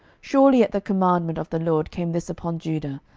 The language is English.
surely at the commandment of the lord came this upon judah,